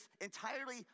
entirely